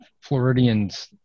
Floridians